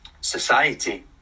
society